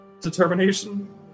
determination